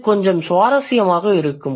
இது கொஞ்சம் சுவாரஸ்யமாக இருக்கும்